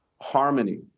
harmony